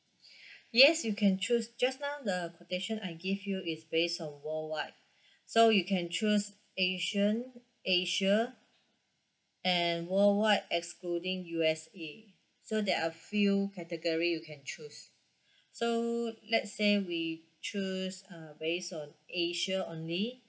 yes you can choose just now the quotation I give you is base on worldwide so you can choose asean asia and worldwide excluding U_S_A so there are few category you can choose so let's say we choose uh base on asia only